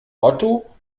otto